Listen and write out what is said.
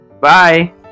Bye